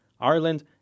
Ireland